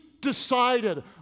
Decided